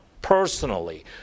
personally